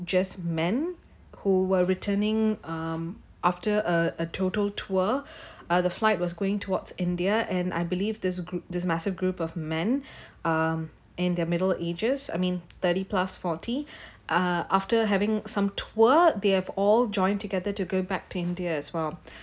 just men who were returning um after a a total tour uh the flight was going towards india and I believe this group this massive group of men um in their middle ages I mean thirty plus forty ah after having some tour they've all joined together to go back to india as well